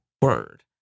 word